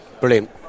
Brilliant